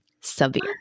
Severe